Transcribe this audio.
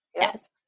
Yes